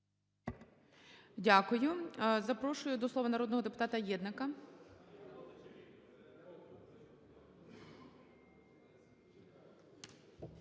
Дякую. Я запрошую до слова народного депутата Іллєнка.